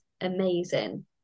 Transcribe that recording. amazing